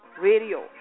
Radio